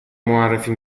معرفی